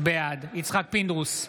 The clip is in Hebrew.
בעד יצחק פינדרוס,